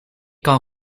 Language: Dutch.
kan